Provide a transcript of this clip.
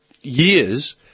years